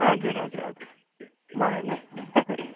हजुर हजुर हजुर भएनै